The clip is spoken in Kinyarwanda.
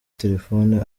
telephone